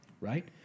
right